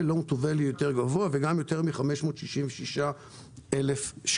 Lone to value גבוה יותר וגם יותר מ-566,000 שקלים.